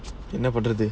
என்னபண்ணறது:enna pannrathu